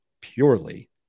purely